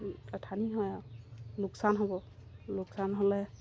আথানি হয় আৰু লোকচান হ'ব লোকচান হ'লে